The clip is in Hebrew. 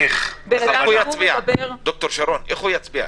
אז לפי עמדת משרד הבריאות, איך הוא יצביע?